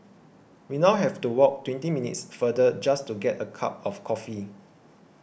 we now have to walk twenty minutes farther just to get a cup of coffee